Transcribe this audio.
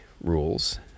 rules